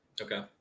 okay